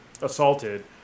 assaulted